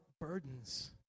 burdens